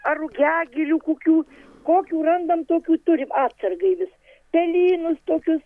ar rugiagėlių kokių kokių randam tokių turim atsargai vis pelynus tokius